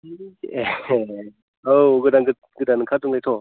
एह औ गोदान गोदान ओंखारदोंलायथ'